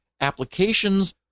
applications